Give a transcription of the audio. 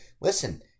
Listen